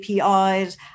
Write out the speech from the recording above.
APIs